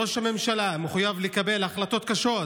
ראש ממשלה מחויב לקבל החלטות קשות,